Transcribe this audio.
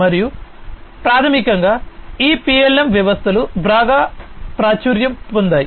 మరియు ప్రాథమికంగా ఈ PLM వ్యవస్థలు బాగా ప్రాచుర్యం పొందాయి